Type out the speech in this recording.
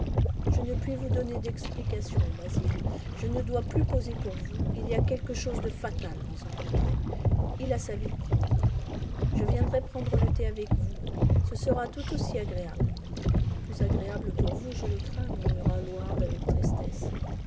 je ne puis vous donner d'explications basil je ne dois plus poser pour vous il y a quelque chose de fatal dans un portrait il a sa vie propre je viendrai prendre le thé avec vous ce sera tout aussi agréable plus agréable pour vous je le crains murmura hallward avec tristesse